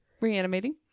reanimating